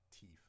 teeth